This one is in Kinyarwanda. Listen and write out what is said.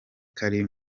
kari